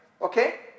Okay